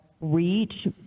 reach